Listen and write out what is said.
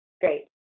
great